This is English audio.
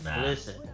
Listen